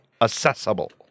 accessible